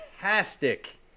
Fantastic